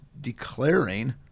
declaring